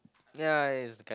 ya it's the kind